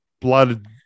blood